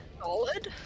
solid